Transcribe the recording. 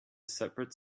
separate